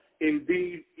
Indeed